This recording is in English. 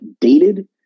dated